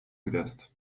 gwiazd